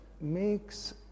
makes